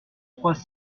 trois